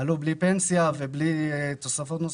שעלו בלי פנסיה ובלי תוספות נוספות.